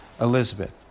Elizabeth